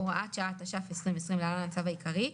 הוראת שעה תש"פ 2020 לצו העיקרי,